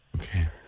Okay